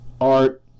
art